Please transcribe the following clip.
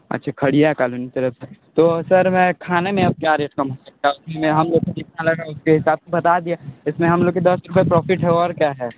अच्छा खड़िया कॉलोनी तरफ़ तो सर में खाने अब में क्या रेट कम हो सकता है हम लोगों ने जितना लगा उतना बता दिया इसमें हमें दस रुपया प्रोफ़िट है और क्या है